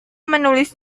menulis